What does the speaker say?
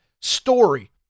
story